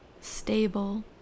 stable